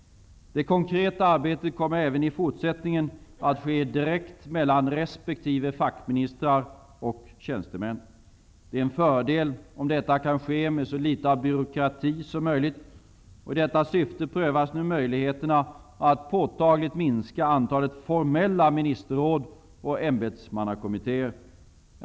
Det konkreta arbetet kommer även i fortsättningen att ske direkt mellan resp. fackministrar och tjänstemän. Det är en fördel om detta kan ske med så litet av byråkrati som möjligt, och i detta syfte prövas nu möjligheterna att påtagligt minska antalet formella ministerråd och ämbetsmannakommittéer.